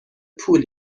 پول